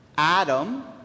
Adam